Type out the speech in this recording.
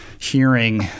hearing